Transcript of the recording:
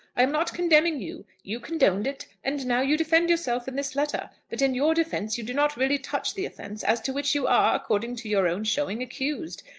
i am not condemning you. you condoned it, and now you defend yourself in this letter. but in your defence you do not really touch the offence as to which you are, according to your own showing, accused.